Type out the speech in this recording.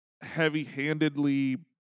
heavy-handedly